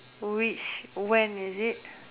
which when is it